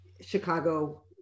Chicago